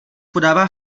podává